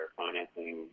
financing